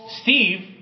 Steve